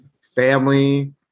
family –